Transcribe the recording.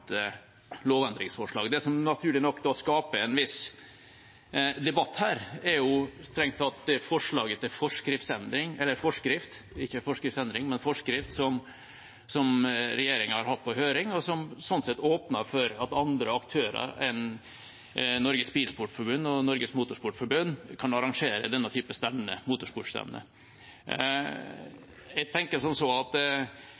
Det som naturlig nok skaper en viss debatt her, er det forslaget til forskrift som regjeringa har hatt på høring, og som åpner for at andre aktører enn Norges Bilsportforbund og Norges Motorsportforbund kan arrangere denne